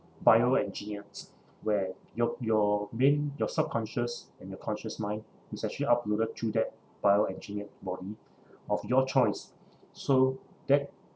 bioengineered where your your brain your subconscious and your conscious mind is actually uploaded through that bioengineered body of your choice so that